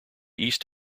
east